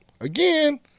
Again